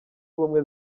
ubumwe